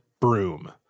broom